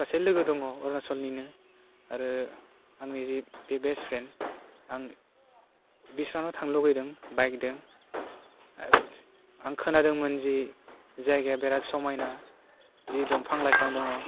सासे लोगो दङ अरणाचलनिनो आरो आंनि जि बे बेस्ट फ्रेन्ड आं बिस्रानाव थांनो लुगैदों बाइकदों आं खोनादोंमोन जि जायगाया बेराद सामायना जि दफां लाइफां दङ